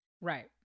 Right